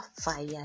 fire